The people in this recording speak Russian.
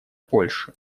польши